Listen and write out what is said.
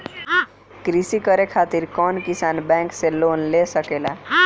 कृषी करे खातिर कउन किसान बैंक से लोन ले सकेला?